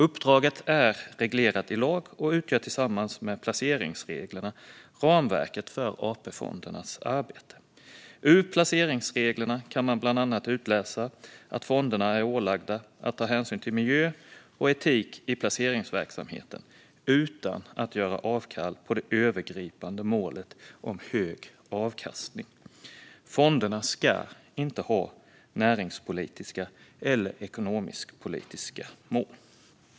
Uppdraget är reglerat i lag och utgör tillsammans med placeringsreglerna ramverket för AP-fondernas arbete. Av placeringsreglerna kan man bland annat utläsa att fonderna är ålagda att ta hänsyn till miljö och etik i placeringsverksamheten utan att göra avkall på det övergripande målet om hög avkastning. Fonderna ska inte ha näringspolitiska eller ekonomisk-politiska mål.